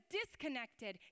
disconnected